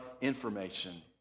information